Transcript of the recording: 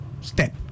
step